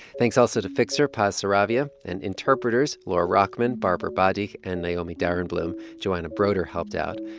thanks also to fixer paz saravia and interpreters laura rochman, barbara boddie and naomi daremblum. joanna broder helped out.